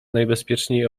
najbezpieczniej